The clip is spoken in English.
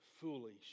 foolish